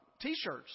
T-shirts